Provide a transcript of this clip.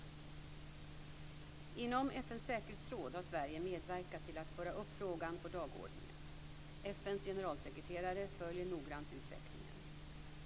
Inom FN:s säkerhetsråd har Sverige medverkat till att föra upp frågan på dagordningen. FN:s generalsekreterare följer noggrant utvecklingen.